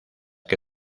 que